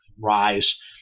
rise